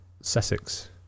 Sussex